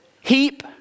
heap